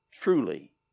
truly